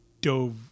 dove